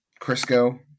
Crisco